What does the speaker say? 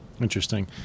Interesting